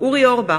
אורי אורבך,